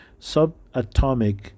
subatomic